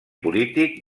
polític